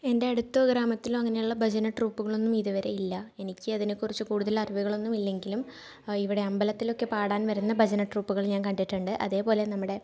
എൻ്റെ അടുത്ത ഗ്രാമത്തിൽ അങ്ങനെയുള്ള ഭജന ട്രൂപ്പുകളൊന്നും ഇതുവരെയില്ല എനിക്കതിനെക്കുറിച്ച് കൂടുതലറിവുകളൊന്നും ഇല്ലെങ്കിലും ആ ഇവിടെ അമ്പലത്തിലൊക്കെ പാടാൻ വരുന്ന ഭജന ട്രൂപ്പുകൾ ഞാൻ കണ്ടിട്ടുണ്ട് അതുപോലെ നമ്മുടെ